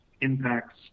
impacts